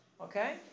okay